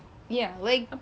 daging steak